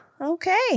Okay